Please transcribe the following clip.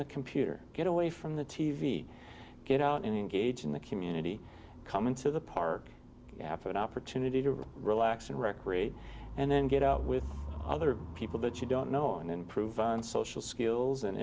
the computer get away from the t v get out and engage in the community come into the park half an opportunity to relax and recreate and then get out with other people that you don't know and improve on social skills and